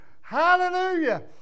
Hallelujah